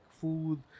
food